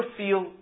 feel